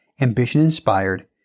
ambition-inspired